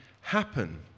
happen